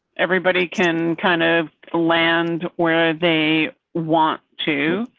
everybody can kind of land where they want to